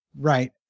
right